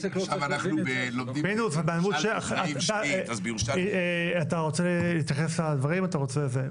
עכשיו אנחנו לומדים --- אתה רוצה להתייחס לדברים או שאתה רוצה זה?